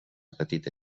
petita